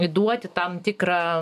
įduoti tam tikrą